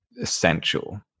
essential